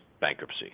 bankruptcy